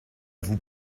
vous